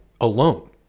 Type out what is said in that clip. alone